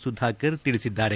ಸುಧಾಕರ್ ತಿಳಿಸಿದ್ದಾರೆ